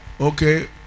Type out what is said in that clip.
Okay